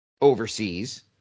overseas